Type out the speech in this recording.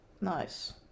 Nice